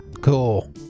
Cool